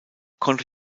konnte